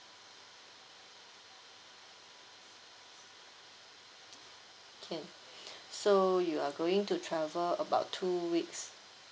can so you are going to travel about two weeks